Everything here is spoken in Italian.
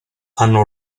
hanno